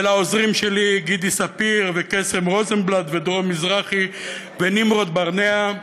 ולעוזרים שלי: גידי ספיר וקסם רוזנבלט ודרור מזרחי ונמרוד ברנע.